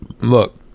Look